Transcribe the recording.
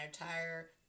entire